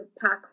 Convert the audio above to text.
pack